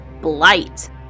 blight